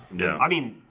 no, i mean,